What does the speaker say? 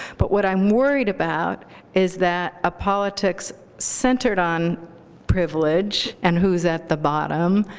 but what i'm worried about is that a politics centered on privilege and who's at the bottom,